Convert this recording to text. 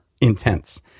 intense